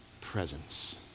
presence